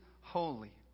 holy